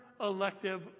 elective